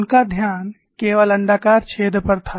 उनका ध्यान केवल अण्डाकार छेद पर था